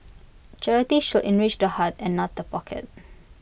charity should enrich the heart and not the pocket